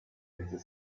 his